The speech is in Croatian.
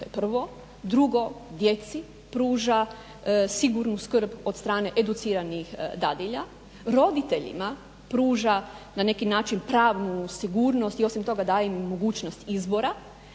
prvo, drugo djeci pruža sigurnu skrb od strane educiranih dadilja, roditeljima pruža na neki način pravnu sigurnost i osim toga daje im mogućnost izbora,